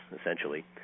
essentially